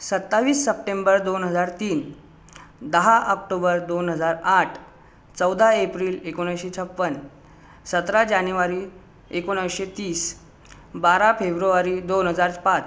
सत्तावीस सप्टेंबर दोन हजार तीन दहा ऑक्टोबर दोन हजार आठ चौदा एप्रिल एकोणवीसशे छप्पन्न सतरा जानेवारी एकोणवीसशे तीस बारा फेब्रुवारी दोन हजार पाच